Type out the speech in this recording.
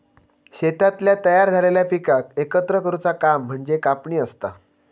शेतातल्या तयार झालेल्या पिकाक एकत्र करुचा काम म्हणजे कापणी असता